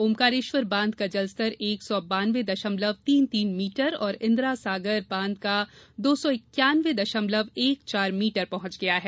ऑकारेश्वर बांध का जलस्तर एक सौ बानवे दशमलव तीन तीन मीटर और इंदिरा सागर बांध का दो सौ इक्यावन दशमलव एक चार मीटर पहुंच गया है